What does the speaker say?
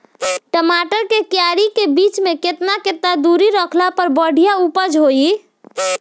टमाटर के क्यारी के बीच मे केतना केतना दूरी रखला पर बढ़िया उपज होई?